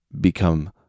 become